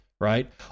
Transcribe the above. right